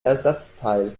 ersatzteil